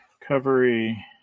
recovery